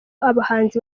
abahanzi